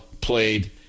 played